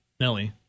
Nelly